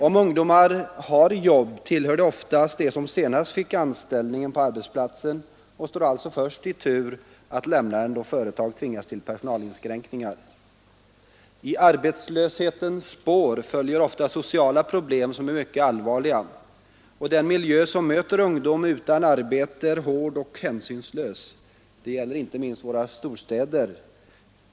Om ungdomarna har jobb tillhör de oftast dem som senast fick anställning på arbetsplatsen och alltså står först i tur att få lämna den då företag tvingas till personalinskränkningar. I arbetslöshetens spår följer ofta sociala problem som är mycket allvarliga. Den miljö som möter ungdom utan arbete är hård och hänsynslös. Det gäller inte minst våra storstäder.